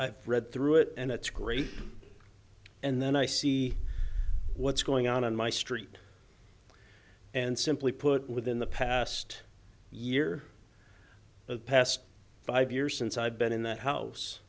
read through it and it's great and then i see what's going on on my street and simply put within the past year the past five years since i've been in that house